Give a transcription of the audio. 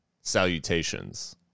salutations